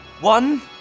One